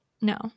No